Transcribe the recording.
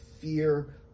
fear